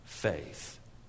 faith